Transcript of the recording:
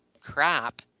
crap